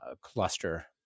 cluster